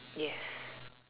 yes